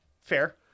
Fair